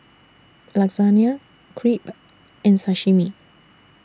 Lasagna Crepe and Sashimi